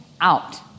out